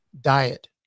diet